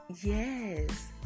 Yes